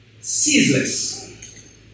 ceaseless